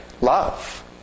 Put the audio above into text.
love